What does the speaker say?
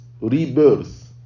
rebirth